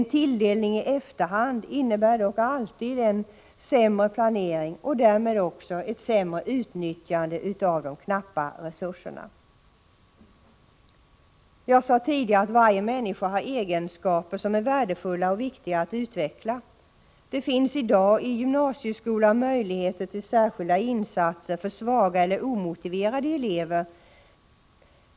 En tilldelning i efterhand innebär dock alltid en sämre planering och därmed också ett sämre utnyttjande av de knappa resurserna. Jag sade tidigare att varje människa har egenskaper som är värdefulla och viktiga att utveckla. Det finns i dag inom gymnasieskolan möjligheter till särskilda insatser för svaga eller omotiverade elever.